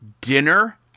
dinner